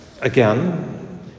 again